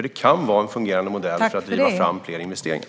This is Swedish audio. De kan vara en fungerande modell för att driva fram fler investeringar.